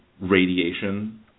radiation